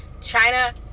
China